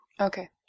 Okay